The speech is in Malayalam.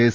എസ്